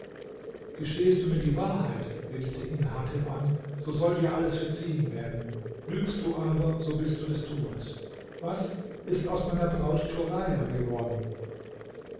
gestehest du mir die wahrheit redete ihn hatem an so soll dir alles verziehen werden lügst du aber so bist du des todes was ist aus meiner braut turaja geworden